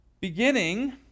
Beginning